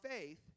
faith